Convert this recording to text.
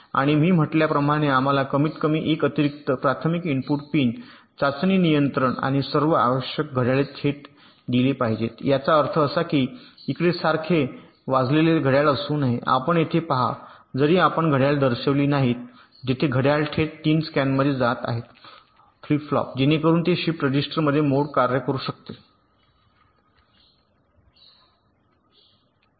आणि मी म्हटल्याप्रमाणे आम्हाला कमीतकमी एक अतिरिक्त प्राथमिक इनपुट पिन चाचणी नियंत्रण आणि सर्व आवश्यक आहे घड्याळे थेट दिले पाहिजेत याचा अर्थ असा की हे इकडे सारखे वाजलेले घड्याळ असू नये आपण येथे पहा जरी आपण घड्याळे दर्शविली नाहीत जेथे घड्याळे थेट 3 स्कॅनमध्ये जात आहेत फ्लिप फ्लॉप जेणेकरून ते शिफ्ट रजिस्टर मोडमध्ये कार्य करू शकतील